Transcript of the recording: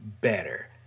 better